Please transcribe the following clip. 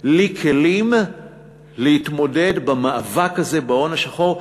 לי כלים להתמודד במאבק הזה בהון השחור.